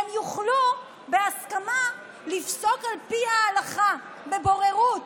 שהם יוכלו בהסכמה לפסוק על פי ההלכה בבוררות.